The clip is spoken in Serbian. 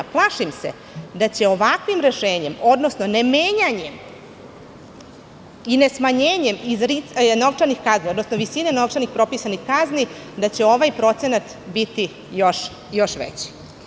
Plašim se da će ovakvim rešenjem, odnosno ne menjanjem i ne smanjenjem novčanih kazni, odnosno visine novčanih propisanih kazni, ovaj procenat biti još veći.